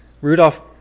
Rudolph